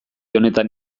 honetan